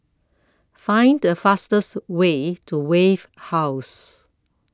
Find The fastest Way to Wave House